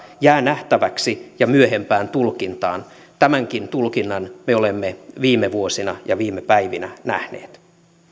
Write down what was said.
jää nähtäväksi ja myöhempään tulkintaan tämänkin tulkinnan me olemme viime vuosina ja viime päivinä nähneet